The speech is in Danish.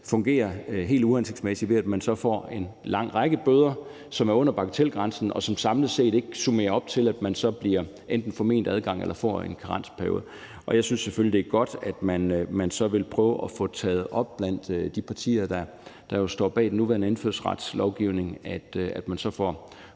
fungere helt uhensigtsmæssigt, ved at man så får en lang række bøder, som er under bagatelgrænsen, og som samlet set ikke summerer op til, at man så bliver enten forment adgang eller får en karensperiode. Jeg synes selvfølgelig, at det er godt, at man så vil prøve at få taget det op blandt de partier, der står bag den nuværende indfødsretslovgivning, med henblik på